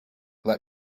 let